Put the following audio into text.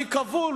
אני כבול.